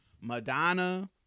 Madonna